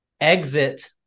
exit